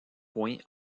points